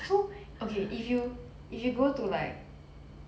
so okay if you if you go to like